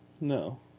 no